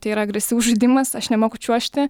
tai yra agresyvus žaidimas aš nemoku čiuožti